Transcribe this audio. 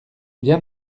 bien